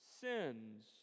sins